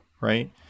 right